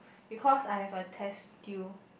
because I have a test due